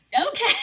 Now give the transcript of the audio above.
okay